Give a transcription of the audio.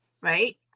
Right